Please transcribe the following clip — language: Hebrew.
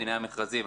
דיני המכרזים,